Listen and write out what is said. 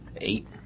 Eight